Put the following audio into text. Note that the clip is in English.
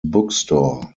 bookstore